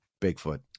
bigfoot